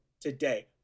today